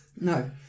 No